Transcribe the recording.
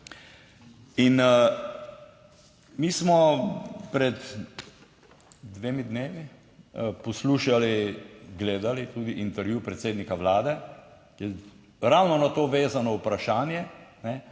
Mi smo pred dvema dnevoma poslušali, gledali tudi, intervju predsednika Vlade, ki je ravno na to vezano vprašanje.